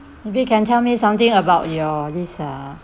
maybe can tell me something about your this uh